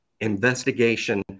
investigation